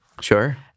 Sure